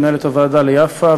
למנהלת הוועדה יפה,